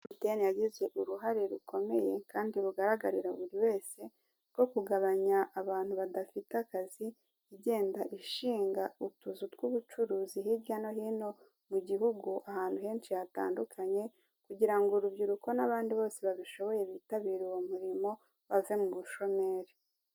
Emutiyene yagize uruhare rukomeye kandi rugaragarira buri wese, rwo kugabanya abantu badafite akazi, igenda ishinga utuzu tw'ubucuruzi hirya no hino, mu gihugu, ahantu henshi hatandukanye, kugira ngo urubyiruko n'abandi bose babishoboye bitabire uwo murimo, bave mu bushomeri.